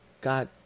God